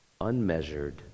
unmeasured